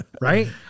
Right